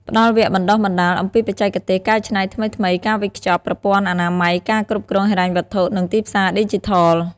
ផ្តល់វគ្គបណ្តុះបណ្តាលអំពីបច្ចេកទេសកែច្នៃថ្មីៗ ការវេចខ្ចប់ ប្រព័ន្ធអនាម័យការគ្រប់គ្រងហិរញ្ញវត្ថុ និងទីផ្សារឌីជីថល។